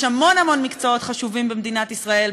יש המון המון מקצועות חשובים במדינת ישראל,